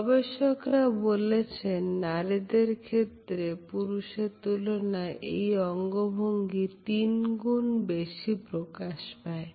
গবেষকরা বলেছেন নারীদের ক্ষেত্রে পুরুষদের তুলনায় এই অঙ্গভঙ্গি তিন গুন বেশি প্রকাশ পায়